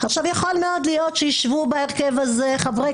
יכול מאוד להיות שישבו בהרכב הזה חברי